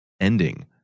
ending